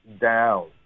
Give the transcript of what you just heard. down